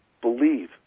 believe